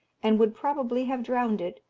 and would probably have drowned it,